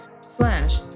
slash